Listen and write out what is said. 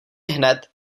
hned